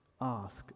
ask